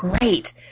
great